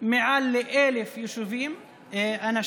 מעל 1,000 אנשים